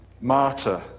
martyr